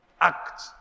Act